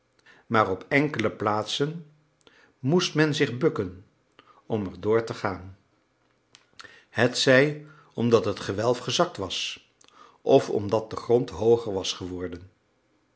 maar op enkele plaatsen moest men zich bukken om erdoor te gaan hetzij omdat het gewelf gezakt was of omdat de grond hooger was geworden